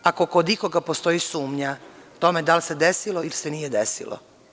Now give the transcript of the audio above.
Ako kod ikoga postoji sumnja tome da li se desilo ili se nije desilo.